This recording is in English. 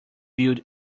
built